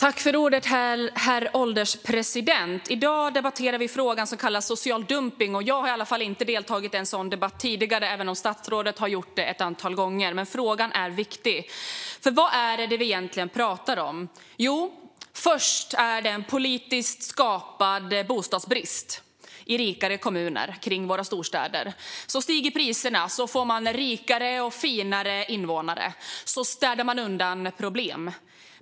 Herr ålderspresident! I dag debatterar vi frågan om social dumpning. Jag har i alla fall inte deltagit i en sådan debatt tidigare, även om statsrådet har gjort det ett antal gånger. Frågan är viktig. För vad är det vi egentligen pratar om? Jo, först är det en politiskt skapad bostadsbrist i rikare kommuner runt våra storstäder. Så stiger priserna, och så får man rikare och finare invånare. Så städar man undan problem.